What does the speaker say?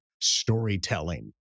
storytelling